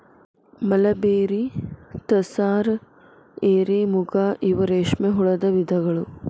mulberry, tasar, eri, muga ಇವ ರೇಶ್ಮೆ ಹುಳದ ವಿಧಗಳು